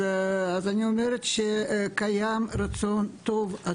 אני יכולה להעיד שיש הרבה רצון טוב.